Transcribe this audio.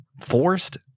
forced